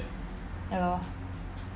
ya lor